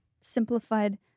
simplified